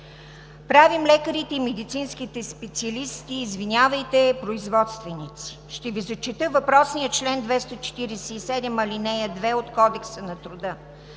Правим лекарите и медицинските специалисти, извинявайте, производственици. Ще Ви зачета въпросния чл. 247, ал. 2 от Кодекса на труда: